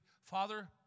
Father